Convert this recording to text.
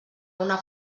una